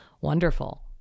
wonderful